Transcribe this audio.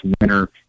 winner